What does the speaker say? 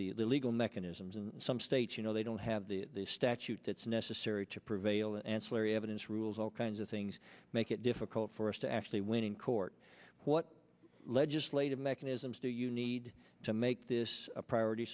the legal mechanisms in some states you know they don't have the statute that's necessary to prevail ancillary evidence rules all kinds of things make it difficult for us to actually win in court what legislative mechanisms do you need to make this a priority